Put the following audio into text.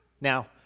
Now